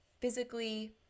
physically